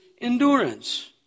endurance